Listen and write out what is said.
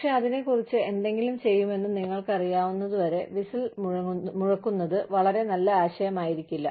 പക്ഷേ അതിനെക്കുറിച്ച് എന്തെങ്കിലും ചെയ്യുമെന്ന് നിങ്ങൾക്കറിയുന്നതുവരെ വിസിൽ മുഴക്കുന്നത് വളരെ നല്ല ആശയമായിരിക്കില്ല